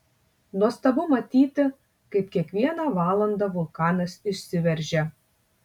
nuostabu matyti kaip kiekvieną valandą vulkanas išsiveržia